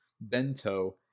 Bento